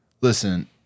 listen